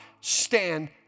stand